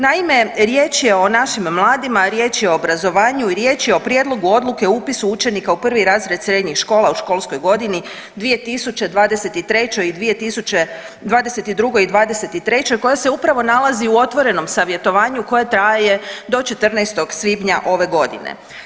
Naime, riječ je o našim mladima, riječ je o obrazovanju i riječ je o prijedlogu odluke o upisu učenika u prvi razred srednjih škola u školskoj godini 2023. i 2022. i '23. koja se upravo nalazi u otvorenom savjetovanju koje traje do 14. svibnja ove godine.